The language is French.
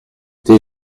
tes